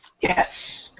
Yes